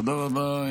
תודה רבה.